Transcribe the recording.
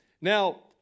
Now